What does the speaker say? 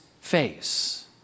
face